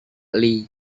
lee